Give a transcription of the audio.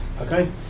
Okay